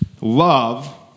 love